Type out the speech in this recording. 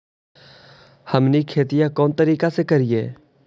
हमनी खेतीया कोन तरीका से करीय?